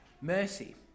mercy